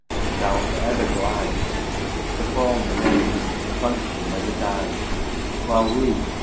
and shall for ever glide the form remains, the function never dies while we,